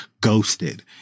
ghosted